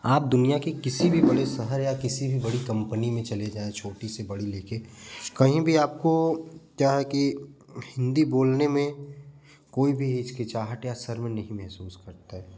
आप दुनिया के किसी भी बड़े शहर या किसी भी बड़ी कंपनी में चले जाएँ छोटी से बड़ी लेकर कहीं भी आपको क्या है कि हिंदी बोलने में कोई भी हिचकिचाहट या शर्म नहीं महसूस करता है